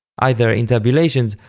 either intabulations,